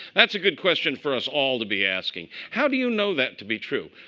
that's a good question for us all to be asking. how do you know that to be true?